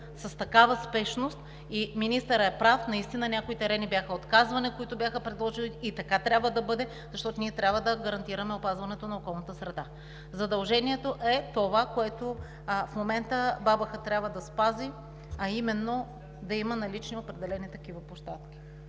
с такава спешност. Министърът е прав, наистина някои терени, които бяха предложени, бяха отказвани, и така трябва да бъде, защото ние трябва да гарантираме опазването на околната среда. Задължението е това, което в момента БАБХ трябва да спази, а именно да има налични определени такива площадки.